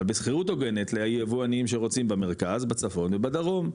אבל בשכירות הוגנת ליבואנים שרוצים במרכז בצפון ובדרום.